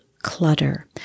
Clutter